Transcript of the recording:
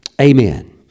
Amen